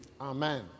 Amen